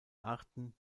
arten